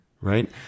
Right